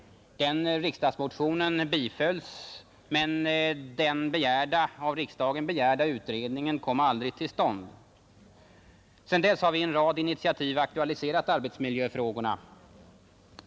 Den motionen bifölls, men den av riksdagen begärda utredningen kom aldrig till stånd. Sedan dess har vi i en rad initiativ aktualiserat arbetsmiljöfrågorna.